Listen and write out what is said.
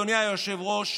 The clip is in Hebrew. אדוני היושב-ראש,